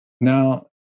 Now